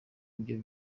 ibyo